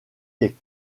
des